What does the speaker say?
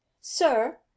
sir